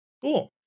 Cool